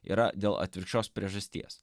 yra dėl atvirkščios priežasties